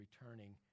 returning